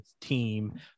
team